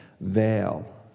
veil